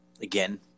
again